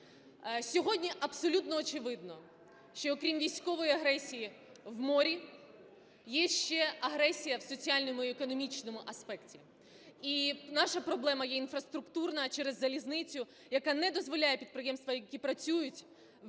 Сьогодні абсолютно очевидно, що, окрім військової агресії в морі, є ще агресія в соціальному і економічному аспекті, і наша проблема є інфраструктурна через залізницю, яка не дозволяє підприємствам, які працюють в